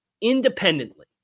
independently